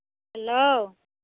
hello